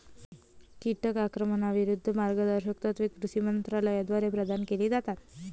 कीटक आक्रमणाविरूद्ध मार्गदर्शक तत्त्वे कृषी मंत्रालयाद्वारे प्रदान केली जातात